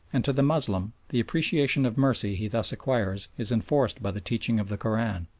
and to the moslem the appreciation of mercy he thus acquires is enforced by the teaching of the koran.